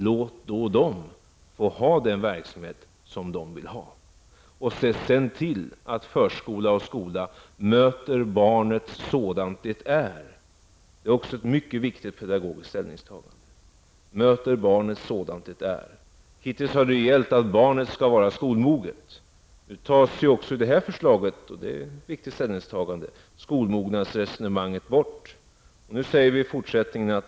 Låt dem då få ha den verksamhet som de vill ha, och se sedan till att förskola och skola möter barnet sådant det är! Det är ett mycket viktigt pedagogiskt ställningstagande, att barnet skall mötas sådant det är. Hittills har gällt att barnet skall vara skolmoget. I och med detta förslag tas skolmognadsresonemanget bort, och det är ett viktigt ställningstagande.